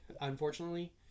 unfortunately